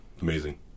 amazing